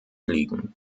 liegen